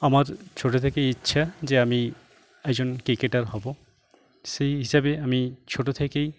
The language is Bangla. আমার ছোটো থেকেই ইচ্ছা যে আমি একজন ক্রিকেটার হব সেই হিসেবে আমি ছোটো থেকেই